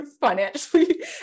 financially